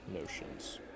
notions